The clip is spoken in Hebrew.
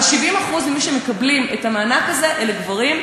אבל 70% ממי שמקבלים את המענק הזה אלה גברים,